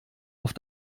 auf